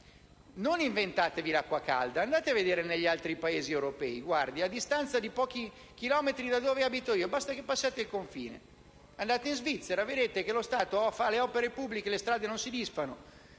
Non inventatevi l'acqua calda, andate a vedere negli altri Paesi europei. Per esempio, a distanza di pochi chilometri da dove abito, basta passare il confine e andare in Svizzera per vedere che lo Stato finanzia opere pubbliche che non si disfano,